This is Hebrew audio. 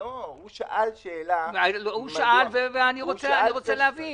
הוא שאל ואני רוצה להבין.